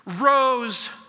rose